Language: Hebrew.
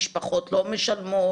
משפחות לא משלמות,